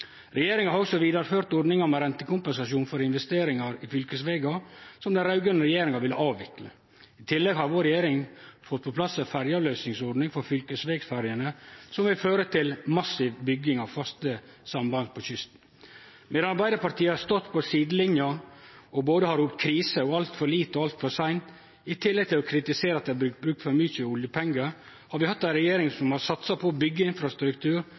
Regjeringa har også vidareført ordninga med rentekompensasjon for investering i fylkesvegar, som den raud-grøne regjeringa ville avvikle. I tillegg har vår regjering fått på plass ei ferjeavløysingsordning for fylkesvegsferjene som vil føre til massiv bygging av faste samband på kysten. Medan Arbeidarpartiet har stått på sidelinja og ropt både «krise» og «altfor lite og altfor seint» i tillegg til å kritisere at det blir brukt for mykje oljepengar, har vi hatt ei regjering som har satsa på å byggje infrastruktur,